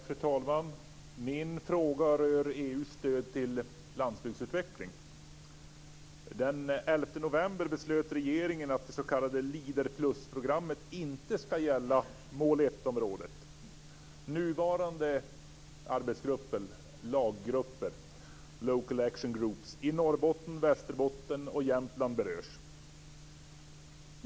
Fru talman! Min fråga rör EU:s stöd till landsbygdsutveckling. Den 11 november beslutade regeringen att det s.k. Leaderprogrammet inte ska gälla mål 1-området. Nuvarande Local action groups i Norrbotten, Västerbotten och Jämtland berörs.